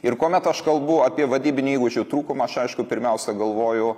ir kuomet aš kalbu apie vadybinių įgūdžių trūkumą aš aišku pirmiausia galvoju